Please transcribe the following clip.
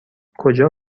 کجا